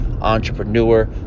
entrepreneur